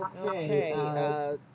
Okay